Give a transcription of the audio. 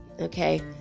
Okay